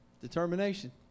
Determination